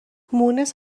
مونس